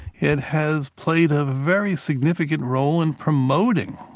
it has played a very significant role in promoting